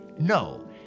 no